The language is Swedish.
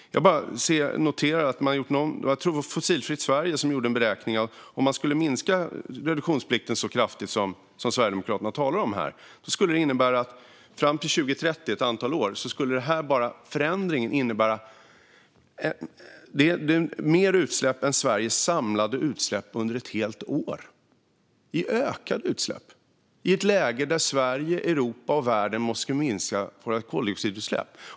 Jag tror att det var Fossilfritt Sverige som gjorde en beräkning av vad som skulle hända om man minskade reduktionsplikten så kraftigt som Sverigedemokraterna talar om här. Fram till 2030, ett antal år, skulle förändringen innebära mer utsläpp än Sveriges samlade utsläpp under ett helt år i ökade utsläpp. Det är i ett läge där vi i Sverige, Europa och världen måste minska våra koldioxidutsläpp.